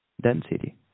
density